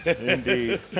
indeed